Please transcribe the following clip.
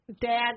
Dad